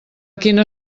quina